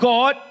God